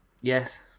Yes